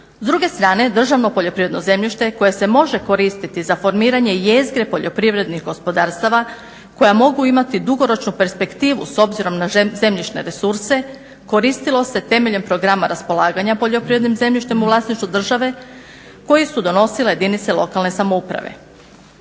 S druge strane državno poljoprivredno zemljište koje se može koristiti za formiranje jezgre poljoprivrednih gospodarstava koja mogu imati dugoročnu perspektivu s obzirom na zemljišne resurse koristilo se temeljem programa raspolaganja poljoprivrednim zemljištem u vlasništvu države koji su donosile jedinice lokalne samouprave.